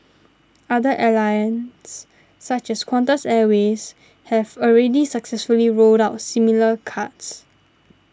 other airlines such as Qantas Airways have already successfully rolled out similar cards